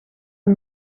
een